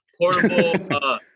portable